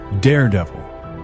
daredevil